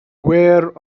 wear